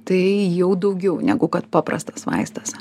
tai jau daugiau negu kad paprastas vaistas